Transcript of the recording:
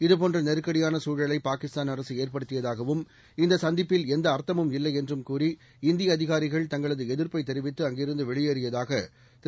இது போன்றநெருக்கடியானசூழலைபாகிஸ்தான் அரசுஏற்படுத்தியதாகவும் இந்தசந்திப்பில் எந்தஅர்த்தமும் இல்லைஎன்றும் கூறி இந்தியஅதிகாரிகள் தங்களதுஎதிர்ப்பைத் தெரிவித்து அங்கிருந்தவெளியேறியதாகதிரு